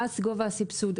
מה גובה הסבסוד,